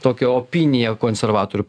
tokią opiniją konservatorių